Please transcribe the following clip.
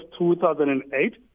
2008